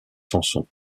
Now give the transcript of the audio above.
sanson